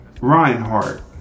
Reinhardt